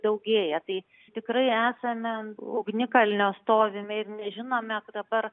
daugėja tai tikrai esame ant ugnikalnio stovime ir nežinome dabar